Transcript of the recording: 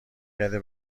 گرده